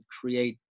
create